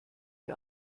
wie